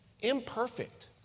imperfect